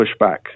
pushback